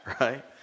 Right